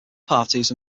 parties